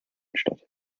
statt